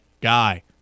guy